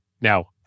now